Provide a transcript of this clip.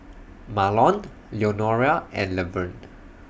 Marlon Leonora and Levern